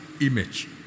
image